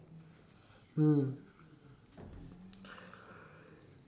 mm